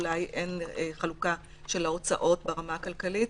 אולי אין חלוקה של ההוצאות ברמה הכלכלית,